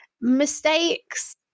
Mistakes